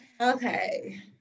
Okay